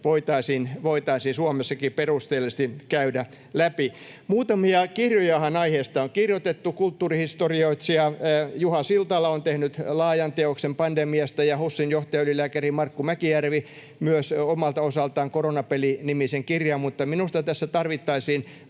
voitaisiin Suomessakin perusteellisesti käydä läpi. Muutamia kirjojahan aiheesta on kirjoitettu. Kulttuurihistorioitsija Juha Siltala on tehnyt laajan teoksen pandemiasta ja HUSin johtajaylilääkäri Markku Mäkijärvi myös omalta osaltaan Koronapeli-nimisen kirjan, mutta minusta tässä tarvittaisiin